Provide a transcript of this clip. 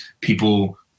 People